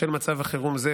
בשל מצב חירום זה,